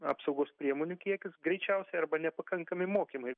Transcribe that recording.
apsaugos priemonių kiekis greičiausiai arba nepakankami mokymai